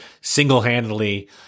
single-handedly